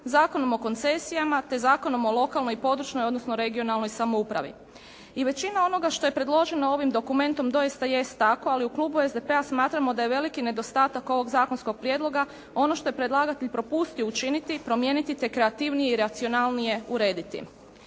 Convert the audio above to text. Zakonom o koncesijama te Zakonom o lokalnoj i područnoj odnosno regionalnoj samoupravi. I većina onoga što je predloženo ovim dokumentom doista jest tako, ali u klubu SDP-a smatramo da je veliki nedostatak ovog zakonskog prijedloga ono što je predlagatelj propustio učiniti, promijeniti te kreativnije i racionalnije urediti.